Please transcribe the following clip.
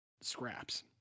scraps